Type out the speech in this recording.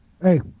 Hey